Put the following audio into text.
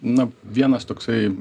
na vienas toksai